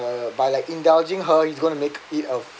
you by like indulging her he's going to make it a